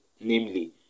namely